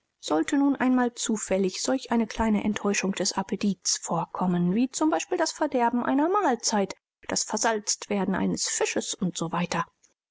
sollte nun einmal zufällig solch eine kleine enttäuschung des appetits vorkommen wie z b das verderben einer mahlzeit das versalztwerden eines fisches u s w